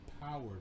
power